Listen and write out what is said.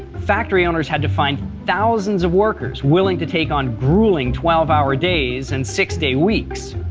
factory owners had to find thousands of workers willing to take on grueling twelve hour days and six day weeks.